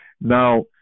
Now